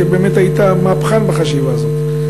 באמת היית מהפכן בחשיבה הזאת.